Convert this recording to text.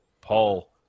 Paul